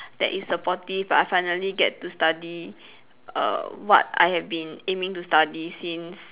that is supportive but I finally get to study err what I have been aiming to study since